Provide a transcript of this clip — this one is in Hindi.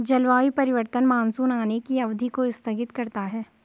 जलवायु परिवर्तन मानसून आने की अवधि को स्थगित करता है